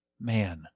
man